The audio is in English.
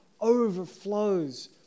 overflows